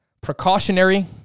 precautionary